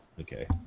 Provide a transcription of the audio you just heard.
Okay